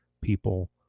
people